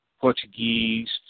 Portuguese